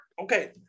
okay